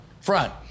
front